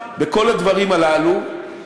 בכל הדברים הללו.